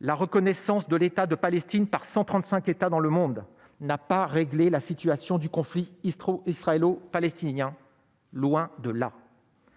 la reconnaissance de l'État de Palestine par 135 États dans le monde n'a pas réglé la question du conflit israélo-palestinien, loin de là.